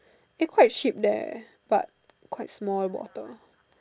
is quite cheap there but quite small bottle